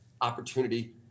opportunity